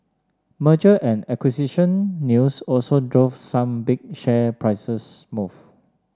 merger and acquisition news also drove some big share prices move